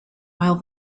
while